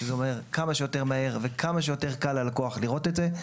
שזה אומר כמה שיותר מהר וכמה שיותר קל ללקוח לראות את זה.